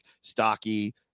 stocky